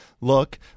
look